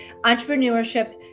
entrepreneurship